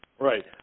Right